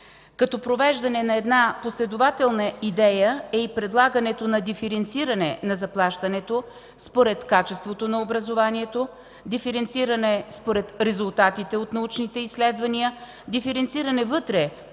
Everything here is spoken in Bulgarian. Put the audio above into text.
Като провеждане на една последователна идея е и предлагането на диференциране на заплащането според качеството на образованието, диференциране според резултатите от научните изследвания, диференциране вътре